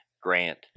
Grant